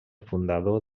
fundador